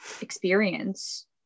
experience